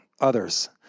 others